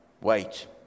wait